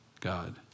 God